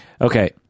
Okay